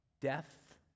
death